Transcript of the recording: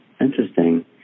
Interesting